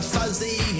fuzzy